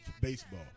baseball